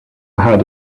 had